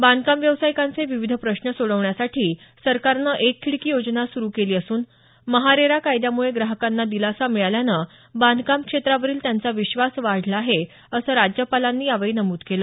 बांधकाम व्यावसायिकांचे विविध प्रश्न सोडवण्यासाठी सरकारनं एक खिडकी योजना सुरु केली असून महारेरा कायद्यामुळे ग्राहकांना दिलासा मिळाल्यानं बांधकाम क्षेत्रावरील त्यांचा विश्वास वाढला आहे असं राज्यपालांनी यावेळी नमूद केलं